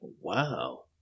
wow